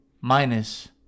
minus